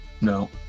No